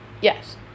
yes